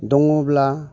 दङब्ला